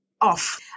off